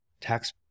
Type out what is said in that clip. tax